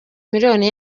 miliyari